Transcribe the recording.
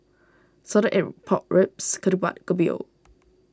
Salted Egg Pork Ribs Ketupat and Kopi O